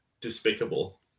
despicable